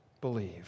believe